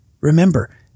Remember